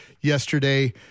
yesterday